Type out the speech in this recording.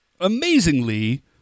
Amazingly